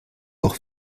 auch